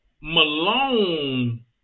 Malone